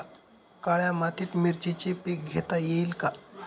काळ्या मातीत मिरचीचे पीक घेता येईल का?